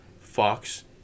fox